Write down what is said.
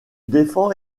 défend